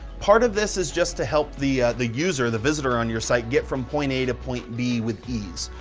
part of this is just help the the user, the visitor on your site, get from point a to point b with ease.